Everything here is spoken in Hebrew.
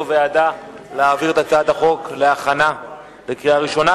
שתחליט לאיזו ועדה להעביר את הצעת החוק להכנה לקריאה ראשונה.